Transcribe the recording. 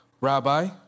Rabbi